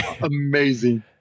amazing